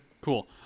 cool